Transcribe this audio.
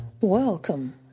Welcome